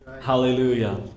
Hallelujah